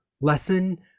lesson